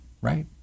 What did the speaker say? right